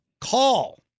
call